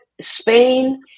Spain